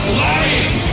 lying